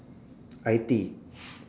I_T